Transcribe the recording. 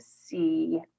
see